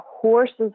horses